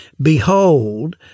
behold